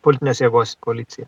politinės jėgos į koaliciją